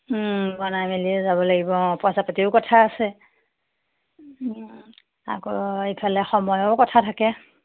ও বনাই মেলিয়ে যাব লাগিব পইচা পাতিৰো কথা আছে আকৌ এইফালে সময়ৰো কথা থাকে